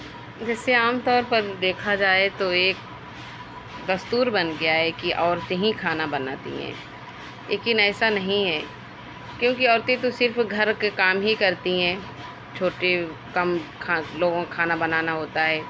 ویسے عام طور پر دیکھا جائے تو ایک دستور بن گیا ہے کہ عورتیں ہی کھانا بناتی ہیں لیکن ایسا نہیں ہے کیونکہ عورتیں تو صرف گھر کے کام ہی کرتی ہیں چھوٹے کم لوگوں کا کھانا بنانا ہوتا ہے